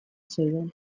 zeuden